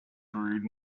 brewed